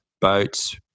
boats